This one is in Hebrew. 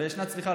סליחה,